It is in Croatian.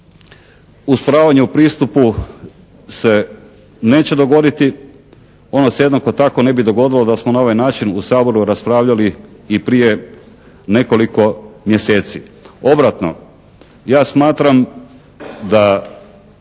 usporavanje u pristupu se neće dogoditi. Ono se jednako tako ne bi dogodilo da smo na ovaj način u Saboru raspravljali i prije nekoliko mjeseci. Obratno. Ja smatram da